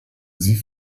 sie